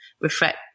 reflect